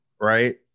right